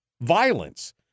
violence